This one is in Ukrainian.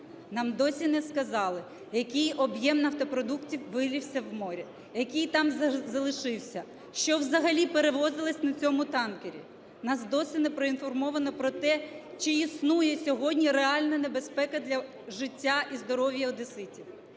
Нам досі не сказали, який об'єм нафтопродуктів вилився в море, який там залишився, що взагалі перевозилося на цьому танкері. Нас досі не проінформовано про те, чи існує сьогодні реальна небезпека для життя і здоров'я одеситів.